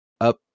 up